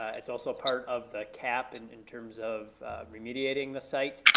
it's also part of the cap and in terms of remediating the site.